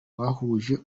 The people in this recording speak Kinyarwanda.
bahuje